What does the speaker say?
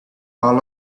all